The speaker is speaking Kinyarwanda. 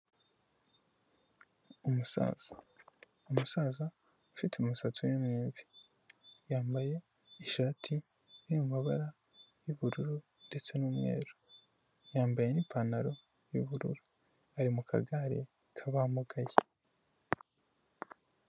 Umusaza umusaza ufite umusatsi urimo imvi yambaye ishati iri mu mabara y'ubururu ndetse n'umweru yambaye n'ipantaro yubururu ari mu kagare k'abamugaye.